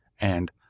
and—